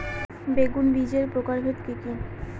বেগুন বীজের প্রকারভেদ কি কী?